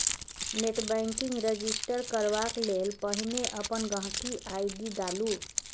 net banking register करबाक लेल पहिने अपन गांहिकी आइ.डी डालु